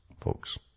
folks